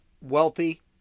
wealthy